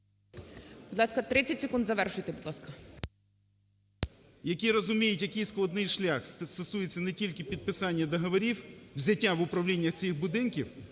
Будь ласка, 30 секунд, завершуйте, будь ласка.